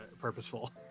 purposeful